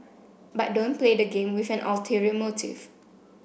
but don't play the game with an ulterior motive